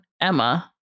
Emma